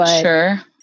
Sure